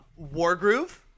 Wargroove